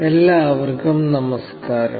എല്ലാവർക്കും നമസ്കാരം